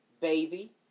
baby